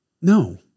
No